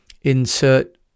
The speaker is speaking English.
insert